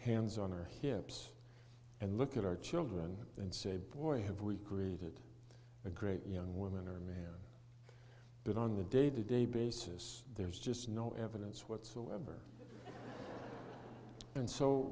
hands on her hips and look at our children and say boy have we created a great young woman or man but on the day to day basis there's just no evidence whatsoever and so